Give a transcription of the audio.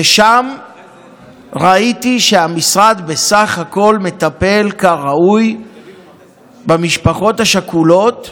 ושם ראיתי שהמשרד בסך הכול מטפל כראוי במשפחות השכולות,